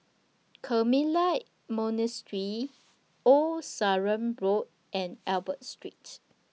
Carmelite Monastery Old Sarum Road and Albert Street